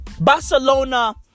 Barcelona